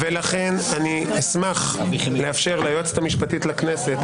ולכן אני אשמח לאפשר ליועצת המשפטית לכנסת